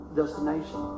destination